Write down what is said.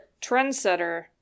trendsetter